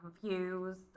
confused